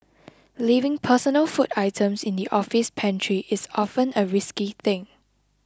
leaving personal food items in the office pantry is often a risky thing